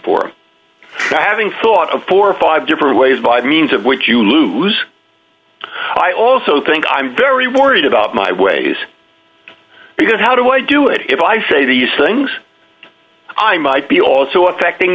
for having thought of four or five different ways by means of which you lose i also think i'm very worried about my ways because how do i do it if i say these things i might be also affecting